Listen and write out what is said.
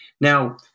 Now